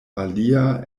alia